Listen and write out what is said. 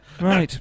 Right